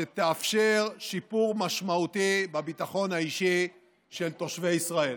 שתאפשר שיפור משמעותי בביטחון האישי של תושבי ישראל.